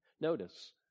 Notice